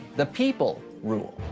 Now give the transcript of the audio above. the people rule,